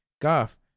golf